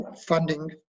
funding